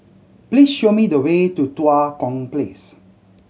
please show me the way to Tua Kong Place